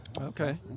Okay